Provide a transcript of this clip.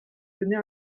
donner